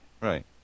Right